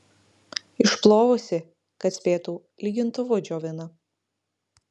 išplovusi kad spėtų lygintuvu džiovina